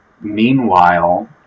Meanwhile